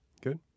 good